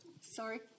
Sorry